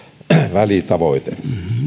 välitavoite